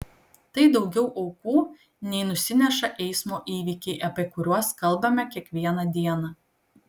tai daugiau aukų nei nusineša eismo įvykiai apie kuriuos kalbame kiekvieną dieną